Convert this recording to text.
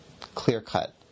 clear-cut